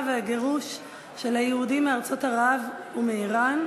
והגירוש של היהודים מארצות ערב ומאיראן,